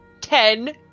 Ten